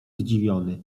zdziwiony